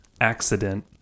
accident